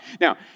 Now